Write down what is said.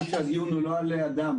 הדיון הוא לא על אדם.